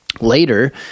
Later